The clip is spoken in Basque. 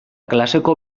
klaseko